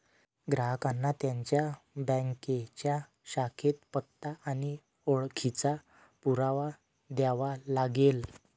ग्राहकांना त्यांच्या बँकेच्या शाखेत पत्ता आणि ओळखीचा पुरावा द्यावा लागेल